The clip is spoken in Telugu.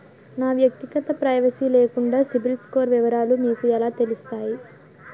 నా వ్యక్తిగత ప్రైవసీ లేకుండా సిబిల్ స్కోర్ వివరాలు మీకు ఎలా తెలుస్తాయి?